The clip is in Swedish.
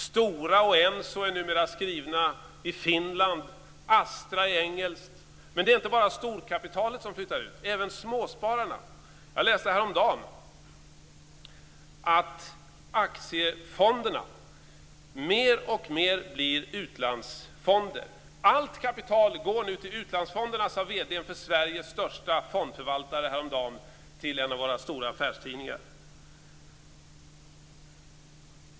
Stora Enso är skrivet i Finland. Astra är engelskt. Men det är inte bara storkapitalet som flyttar ut, utan även småspararna. Jag läste häromdagen att aktiefonderna mer och mer blir utlandsfonder. Allt kapital går nu till utlandsfonderna, sade vd:n för Sveriges största fondförvaltare häromdagen till en av våra stora affärstidningar.